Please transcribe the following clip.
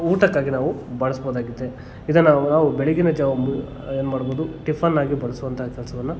ಊಟಕ್ಕಾಗಿ ನಾವು ಬಳಸ್ಬೋದಾಗಿದೆ ಇದನ್ನಾವು ನಾವು ಬೆಳಿಗ್ಗಿನ ಜಾವ ಏನು ಮಾಡ್ಬೋದು ಟಿಫನ್ ಆಗಿ ಬಳಸುವಂಥ ಕೆಲಸವನ್ನ